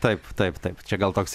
taip taip taip čia gal toks